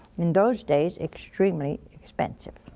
in those days extremely expensive